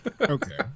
Okay